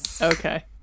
Okay